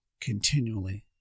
continually